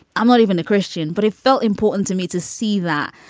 i'm not even a christian, but it felt important to me to see that.